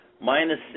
Minus